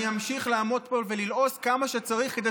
אני אמשיך לעמוד פה וללעוס כמה שצריך כדי